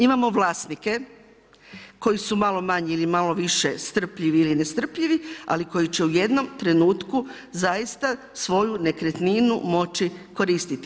Imamo vlasnike koji su malo manje ili malo više strpljivi ili ne strpljivi, ali koji će u jednom trenutku zaista svoju nekretninu moći koristiti.